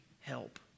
help